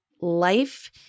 life